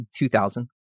2000